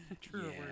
True